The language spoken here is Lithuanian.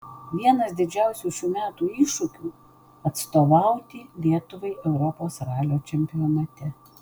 vienas didžiausių šių metų iššūkių atstovauti lietuvai europos ralio čempionate